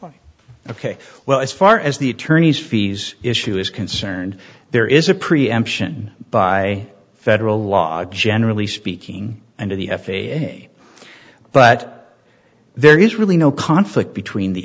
ok well as far as the attorney's fees issue is concerned there is a preemption by federal law generally speaking and the f a a but there is really no conflict between the